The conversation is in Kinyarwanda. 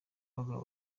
abagabo